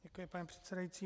Děkuji, pane předsedající.